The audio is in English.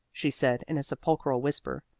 she said in a sepulchral whisper.